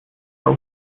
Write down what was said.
are